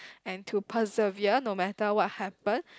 and to preserve no matter what happen